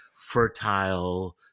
fertile